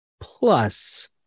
plus